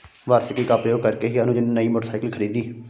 वार्षिकी का प्रयोग करके ही अनुज ने नई मोटरसाइकिल खरीदी